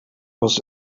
was